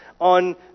on